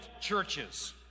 churches